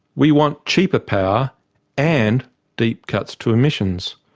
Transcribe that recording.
we want cheaper power and deep cuts to emissions,